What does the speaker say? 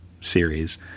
series